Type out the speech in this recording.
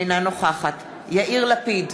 אינה נוכחת יאיר לפיד,